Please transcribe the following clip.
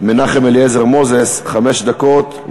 מנחם אליעזר מוזס, חמש דקות.